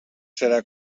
serà